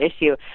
issue